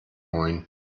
moin